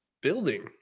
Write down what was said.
building